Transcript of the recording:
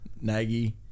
Nagy